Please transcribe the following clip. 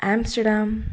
Amsterdam